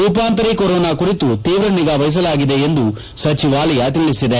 ರೂಪಾಂತರಿ corona ಕುರಿತು ತೀವ್ರ ನಿಗಾ ವಹಿಸಲಾಗಿದೆ ಎಂದು ಸಚಿವಾಲಯ ತಿಳಿಸಿದೆ